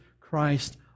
Christ